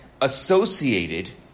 associated